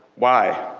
why?